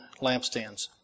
lampstands